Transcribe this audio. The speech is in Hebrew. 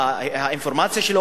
האינפורמציה שלו,